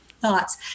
thoughts